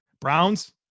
Browns